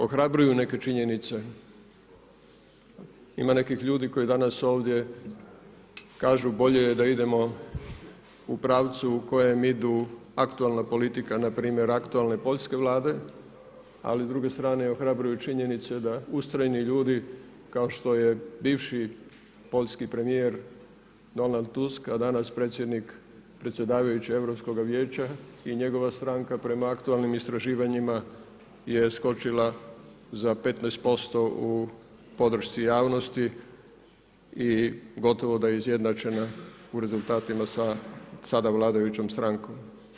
Ohrabruju neke činjenice, ima nekih ljudi koji danas ovdje kažu bolje je da idemo u pravcu u kojem ide aktualna politika npr. aktualne poljske Vlade ali s druge strane ohrabruju činjenice da ustrojeni ljudi kao što je bivši poljski premijer Donald Tusk a danas predsjednik predsjedavajući Europskog vijeća i njegova stranka prema aktualnim istraživanjima je skočila za 15% u podršci javnosti i gotovo da je izjednačena u rezultatima sa sada vladajućom strankom.